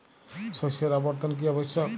শস্যের আবর্তন কী আবশ্যক?